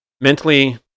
mentally